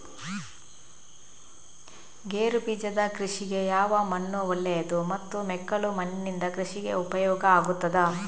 ಗೇರುಬೀಜದ ಕೃಷಿಗೆ ಯಾವ ಮಣ್ಣು ಒಳ್ಳೆಯದು ಮತ್ತು ಮೆಕ್ಕಲು ಮಣ್ಣಿನಿಂದ ಕೃಷಿಗೆ ಉಪಯೋಗ ಆಗುತ್ತದಾ?